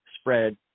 spread